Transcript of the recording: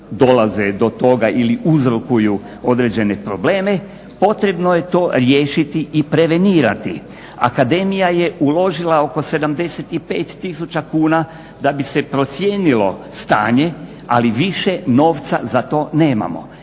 dolaze do toga ili uzrokuju određene probleme, potrebno je to riješiti i prevenirati. Akademija je uložila oko 75 tisuća kuna da bi se procijenilo stanje, ali više novca za to nemamo